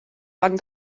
banc